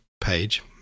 page